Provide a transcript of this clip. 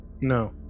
No